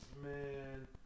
man